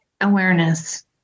awareness